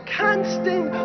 constant